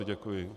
Děkuji.